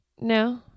No